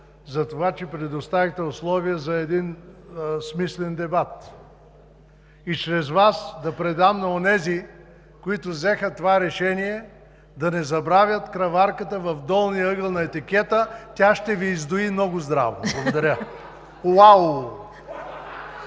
поздравя, че предоставихте условия за един смислен дебат и чрез Вас да предам на онези, които взеха това решение, да не забравят „краварката в долния ъгъл на етикета“ – тя ще Ви издои много здраво! Уауу!